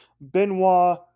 Benoit